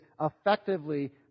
effectively